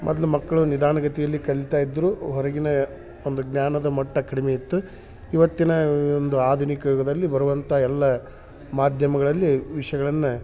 ಮೊದ್ಲ ಮಕ್ಕಳು ನಿಧಾನಗತಿಯಲ್ಲಿ ಕಲಿತಾ ಇದ್ದರು ಹೊರಗಿನ ಒಂದು ಜ್ಞಾನದ ಮಟ್ಟ ಕಡಿಮೆ ಇತ್ತು ಇವತ್ತಿನ ಒಂದು ಆಧುನಿಕ ಯುಗದಲ್ಲಿ ಬರುವಂಥ ಎಲ್ಲ ಮಾಧ್ಯಮಗಳಲ್ಲಿ ವಿಷಯಗಳನ್ನ